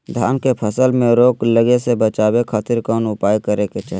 धान के फसल में रोग लगे से बचावे खातिर कौन उपाय करे के चाही?